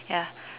ya